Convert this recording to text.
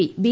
P B